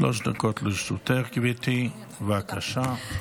שלוש דקות לרשותך, בבקשה.